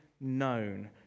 known